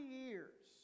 years